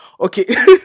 okay